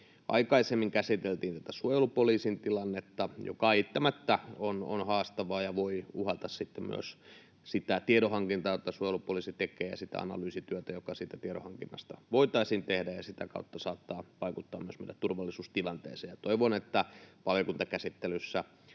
aikaisemmin käsiteltiin tätä suojelupoliisin tilannetta, joka eittämättä on haastava ja voi uhata sitten myös sitä tiedonhankintaa, jota suojelupoliisi tekee, ja sitä analyysityötä, jota siitä tiedonhankinnasta voitaisiin tehdä, ja sitä se kautta saattaa vaikuttaa myös meidän turvallisuustilanteeseemme. Toivon että valiokuntakäsittelyssä